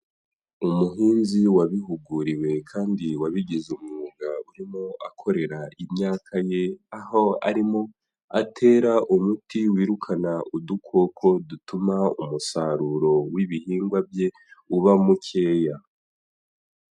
Umuhinzi wabihuguriwe kandi wabigize umwuga urimo akorera imyaka ye, aho arimo atera umuti wirukana udukoko dutuma umusaruro w'ibihingwa bye uba mukeya.